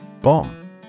Bomb